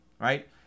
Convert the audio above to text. right